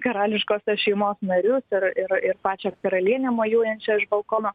karališkosios šeimos narius ir ir pačią karalienę mojuojančią iš balkono